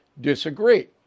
disagree